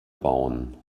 bauen